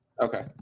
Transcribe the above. Okay